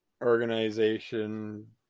organization